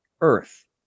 Earth